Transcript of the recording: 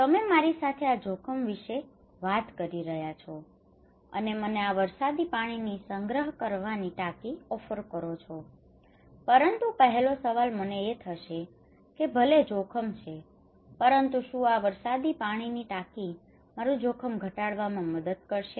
તમે મારી સાથે આ જોખમ વિશે વાત કરી રહ્યા છો અને મને આ વરસાદી પાણીની સંગ્રહ કરવાની ટાંકી ઓફર કરો છે પરંતુ પહેલો સવાલ મને એે થશે કે ભલે જોખમ છે પરંતુ શું આ વરસાદી પાણીની ટાંકી મારું જોખમ ઘટાડવામાં મદદ કરશે